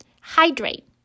hydrate